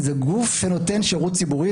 זה גוף שנותן שירות ציבורי.